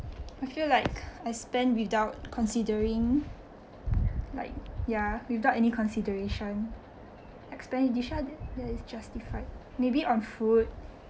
i feel like I spend without considering like ya without any consideration expenditure that is justified maybe on food